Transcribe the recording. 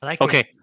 Okay